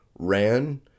Ran